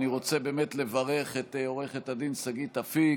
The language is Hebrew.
אני רוצה באמת לברך את עו"ד שגית אפיק